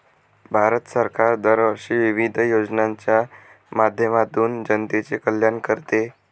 भारत सरकार दरवर्षी विविध योजनांच्या माध्यमातून जनतेचे कल्याण करते